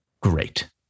great